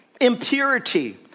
impurity